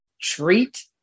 Treat